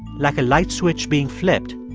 like a light switch being flipped,